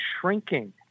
shrinking